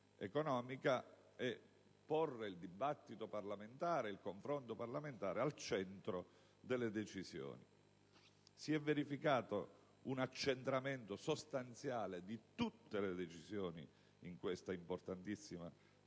economica, ponendo il dibattito ed il confronto parlamentare al centro delle decisioni. Si è verificato un accentramento sostanziale di tutte le decisioni in questa importantissima